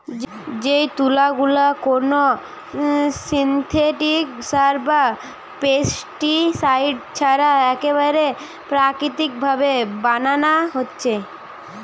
যেই তুলা গুলা কুনো সিনথেটিক সার বা পেস্টিসাইড ছাড়া একেবারে প্রাকৃতিক ভাবে বানানা হচ্ছে